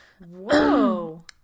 Whoa